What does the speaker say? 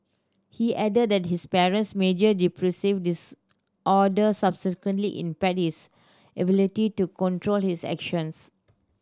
he added that his parents major depressive disorder subsequently impaired his ability to control his actions